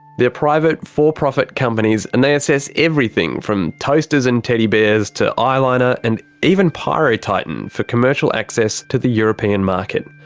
they're private, for-profit companies, and they assess everything from toasters and teddy bears to eyeliner and even pyrotitan for commercial access to the european market.